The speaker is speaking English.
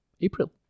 april